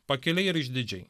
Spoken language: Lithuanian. pakiliai ir išdidžiai